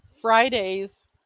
Friday's